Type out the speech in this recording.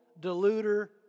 Deluder